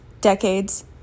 decades